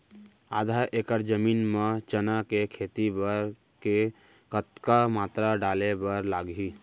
आधा एकड़ जमीन मा चना के खेती बर के कतका मात्रा डाले बर लागही?